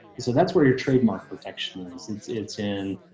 so that's where your trademark protections, since it's in,